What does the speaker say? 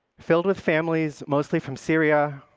filled with families, mostly from syria,